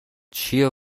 چیه